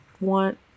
want